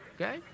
okay